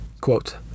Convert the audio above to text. quote